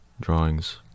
drawings